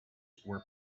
were